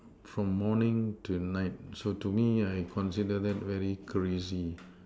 from morning to night so to me I consider that very crazy